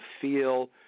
feel